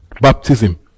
baptism